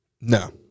no